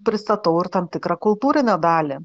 pristatau ir tam tikrą kultūrinę dalį